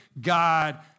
God